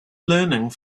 learning